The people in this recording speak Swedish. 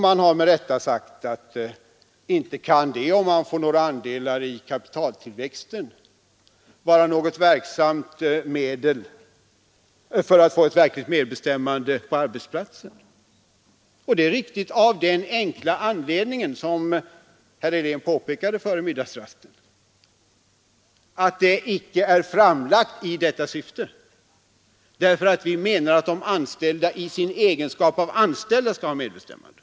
Man har med rätta sagt: Inte kan det faktum att man får några andelar i kapitaltillväxten vara något verksamt medel för att få ett verkligt medbestämmande på arbetsplatsen. Och det är riktigt, av den enkla anledningen — som herr Helén påpekade före middagsrasten — att förslaget inte är framlagt i detta syfte. Vi menar att de anställda i sin egenskap av anställda skall ha medbestämmande.